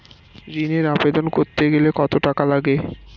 ঋণের আবেদন করতে গেলে কত টাকা লাগে?